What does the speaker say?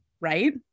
right